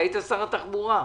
אתה היית שר התחבורה,